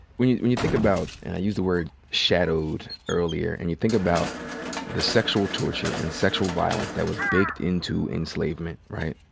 when you you think about, and i used the word shadowed earlier, and you think about the sexual torture and sexual violence that was baked into enslavement, right,